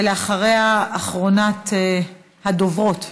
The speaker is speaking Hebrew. ואחריה, אחרונת הדוברות,